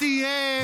אז בשליטתכם?